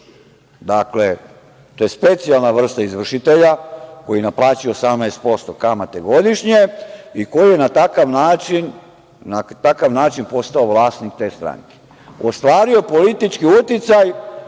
18%, to je specijalna vrsta kamate izvršitelja koji naplaćuje 18% kamate godišnje i koji na takav način je postao vlasnik te stranke. Ostvario politički uticaj